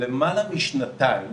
למעלה משנתיים